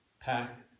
pack